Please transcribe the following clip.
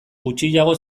gutxiago